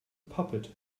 puppet